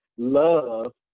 Love